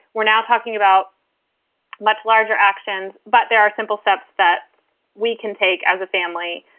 we're now talking about much larger actions. but there are simple steps that we can take as a family,